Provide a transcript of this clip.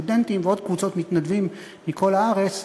סטודנטים ועוד קבוצות מתנדבים מכל הארץ,